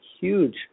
huge